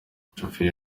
umushoferi